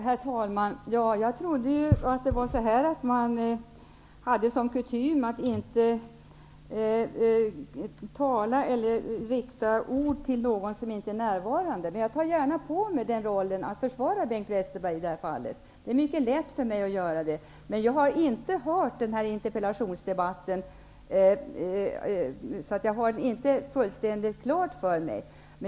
Herr talman! Jag trodde att man hade som kutym att inte rikta sig till någon som inte är närvarande. Men jag tar gärna på mig rollen att försvara Bengt Westerberg i detta fall. Det är mycket lätt för mig att göra det. Men jag har inte hört denna interpellationsdebatt, och jag har den därför inte helt klar för mig.